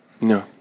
No